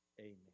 Amen